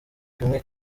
kimwe